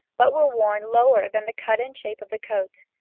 but were worn lower than the cut-in shape of the coat,